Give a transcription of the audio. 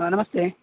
ಹಾಂ ನಮಸ್ತೆ